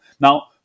Now